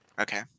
Okay